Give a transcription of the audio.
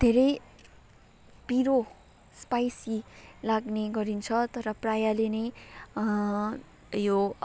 धेरै पिरो स्पाइसी लाग्ने गरिन्छ तर प्रायःले नै यो